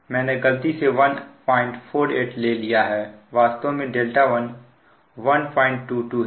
मैंने गलती से 148 ले लिया है वास्तव में 1 122 है